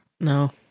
No